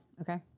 okay